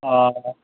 অ